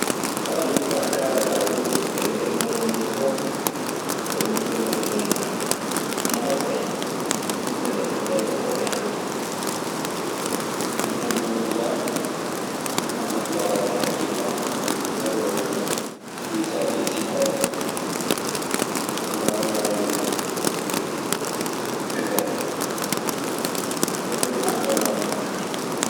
yimɓe ana kaala ka ana woodi eɓe mbiyya ɗum pom e eɓe mbiyyan duu namasa en. ɓiɓɓe leɗɗe belɗe goɗɗe ana ton. Jooni jooni kaa, ɗun ɓuri ɓaɗaade hakkille an. Ɗee mbawmi hiisaade e sifaade banngal ɓiɓɓe leɗɗe. E ley anndal an min kaa.